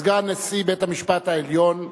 סגן נשיא בית-המשפט העליון בדימוס,